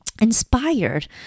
inspired